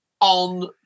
on